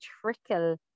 trickle